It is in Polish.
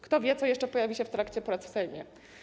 Kto wie, co jeszcze pojawi się w trakcie prac w Sejmie.